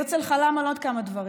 הרצל חלם על עוד כמה דברים.